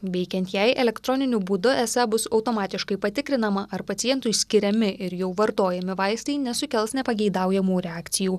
veikiant jai elektroniniu būdu esą bus automatiškai patikrinama ar pacientui skiriami ir jau vartojami vaistai nesukels nepageidaujamų reakcijų